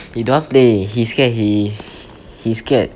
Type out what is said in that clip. he don't want play he scared he he scared